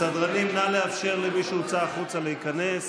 סדרנים, נא לאפשר למי שהוצא החוצה להיכנס.